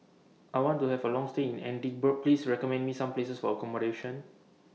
I want to Have A Long stay in Edinburgh Please recommend Me Some Places For accommodation